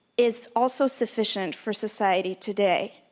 is also sufficient for society today.